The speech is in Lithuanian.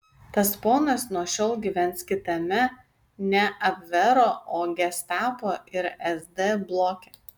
tas ponas nuo šiol gyvens kitame ne abvero o gestapo ir sd bloke